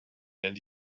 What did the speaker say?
and